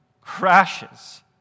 crashes